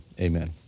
Amen